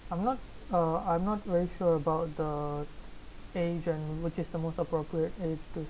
I'm not uh I'm not very sure about the age and which is the most appropriate to